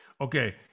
Okay